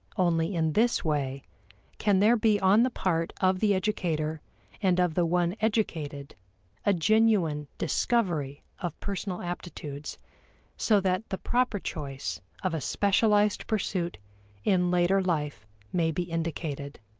only in this way can there be on the part of the educator and of the one educated a genuine discovery of personal aptitudes so that the proper choice of a specialized pursuit in later life may be indicated.